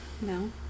No